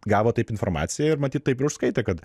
gavo taip informaciją ir matyt taip ir užskaitė kad